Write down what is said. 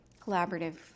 collaborative